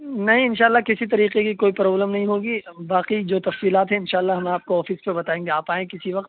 نہیں انشاء اللہ کسی طریقے کی کوئی پروبلم نہیں ہوگی باقی جو تفصیلات ہیں انشاء اللہ ہم آپ کو آفس میں بتائیں گے آپ آئیں کسی وقت